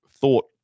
thought